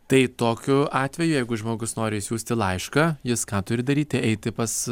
tai tokiu atveju jeigu žmogus nori išsiųsti laišką jis ką turi daryti eiti pas